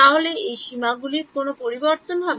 তাহলে এই সীমাগুলির কোনও পরিবর্তন হবে